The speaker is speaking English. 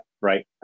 right